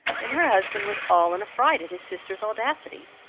and her husband was all in a fright at his sister's audacity.